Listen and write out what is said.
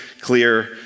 clear